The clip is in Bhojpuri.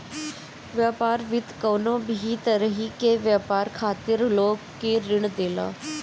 व्यापार वित्त कवनो भी तरही के व्यापार खातिर लोग के ऋण देला